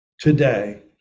today